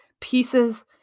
pieces